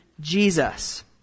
Jesus